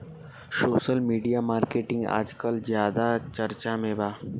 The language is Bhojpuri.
सोसल मिडिया मार्केटिंग आजकल ज्यादा चर्चा में बा